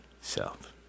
self